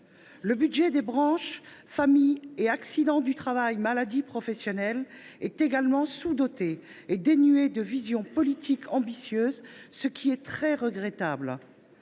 Les budgets des branches famille et accidents du travail maladies professionnelles sont également sous dotés et dénués de vision politique ambitieuse, ce qui est très regrettable.